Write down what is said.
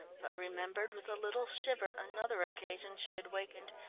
but remembered with a little shiver another occasion she had wakened,